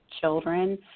children